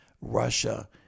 Russia